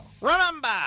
Remember